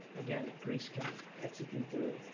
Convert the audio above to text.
again, greece can execute the